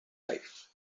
life